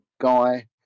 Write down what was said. guy